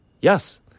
Yes